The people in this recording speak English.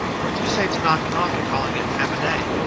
what do you say to knocking off and calling it half a day?